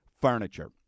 furniture